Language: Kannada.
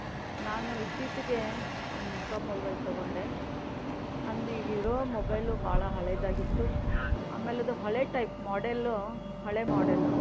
ನಾನು ಇತ್ತೀಚಿಗೆ ಒಂದು ಹೊಸ ಮೊಬೈಲ್ ತೊಗೊಂಡೆ ನಂದು ಈಗಿರೋ ಮೊಬೈಲು ಭಾಳ ಹಳೆಯದಾಗಿತ್ತು ಆಮೇಲೆ ಅದು ಹಳೆಯ ಟೈಪ್ ಮಾಡೆಲ್ಲು ಹಳೆ ಮಾಡೆಲ್ಲು